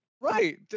Right